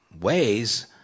ways